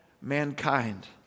mankind